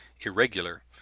irregular